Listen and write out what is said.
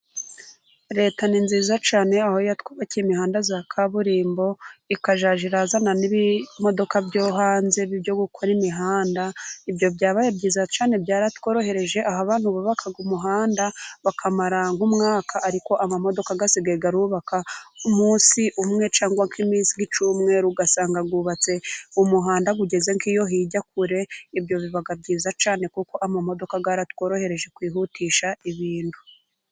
Leta ni nziza cyane aho batwubakiye imihanda ya kaburimbo ikajya irazana n'ibimodoka byo hanze byo gukora imihanda, ibyo byabaye byiza cyane byaratwohereje, aho abantu bubakaga umuhanda bakamara nk'umwaka, ariko amamodoka asigaye arubaka umunsi umwe, cangwa nk'icyumweru. Ugasanga bubatse umuhanda ugeze nk'iyo hirya kure, biba byiza cyane kuko amamodoka yatworohereje kwihutisha ibintu.